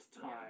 time